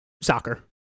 Soccer